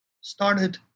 started